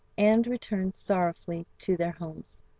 and returned sorrowfully to their homes.